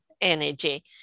energy